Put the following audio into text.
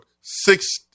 six